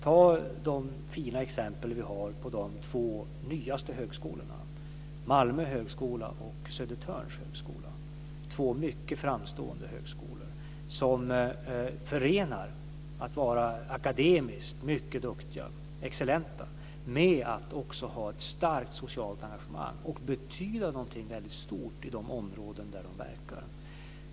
Ta de fina exempel vi har med de två nyaste högskolorna, Malmö högskola och Södertörns högskola. Det är två mycket framstående högskolor som förenar att vara akademiskt mycket duktiga - excellenta - med att också ha ett starkt socialt engagemang och betyda något stort i de områden där de verkar.